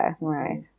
right